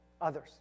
others